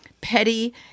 petty